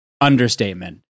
understatement